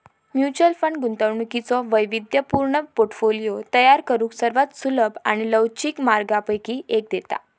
mutual fund गुंतवणुकीचो वैविध्यपूर्ण portfolio तयार करुक सर्वात सुलभ आणि लवचिक मार्गांपैकी एक देता